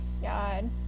God